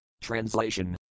Translation